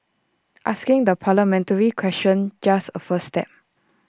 asking the parliamentary question just A first step